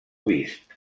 vist